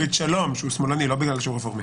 --- שהוא שמאלני, לא בגלל שהוא רפורמי.